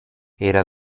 era